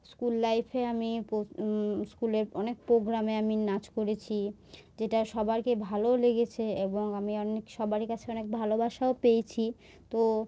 school লাইফে আমি পো স্কুলের অনেক প্রোগ্রামে আমি নাচ করেছি যেটা সবারকে ভালোও লেগেছে এবং আমি অনেক সবারই কাছে অনেক ভালোবাসাও পেয়েছি তো